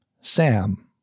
Sam